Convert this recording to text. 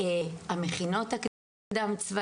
ראשון לציון,